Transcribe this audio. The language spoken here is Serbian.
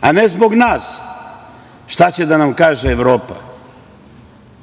a ne zbog nas, šta će da nam kaže Evropa?